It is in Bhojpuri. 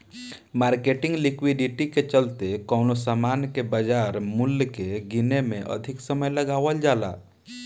मार्केटिंग लिक्विडिटी के चलते कवनो सामान के बाजार मूल्य के गीने में अधिक समय लगावल जाला